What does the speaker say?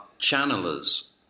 channelers